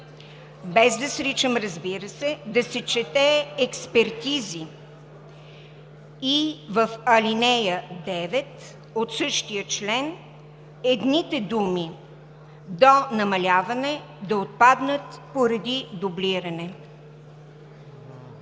Без да сричам, разбира се. … да се чете „експертизи“. И в ал. 9 от същия член едните думи „до намаляване“ да отпаднат поради дублиране.